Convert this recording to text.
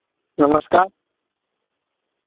हूँ hello hello